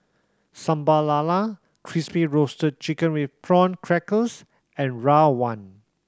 Sambal Lala Crispy Roasted Chicken with Prawn Crackers and rawon